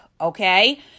okay